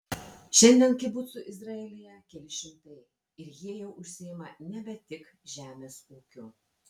šiandien kibucų izraelyje keli šimtai ir jie jau užsiima nebe tik žemės ūkiu